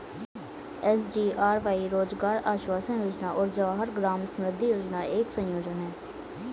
SGRY रोजगार आश्वासन योजना और जवाहर ग्राम समृद्धि योजना का एक संयोजन है